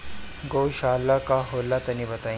गौवशाला का होला तनी बताई?